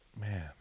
Man